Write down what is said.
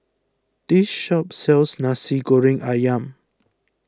this shop sells Nasi Goreng Ayam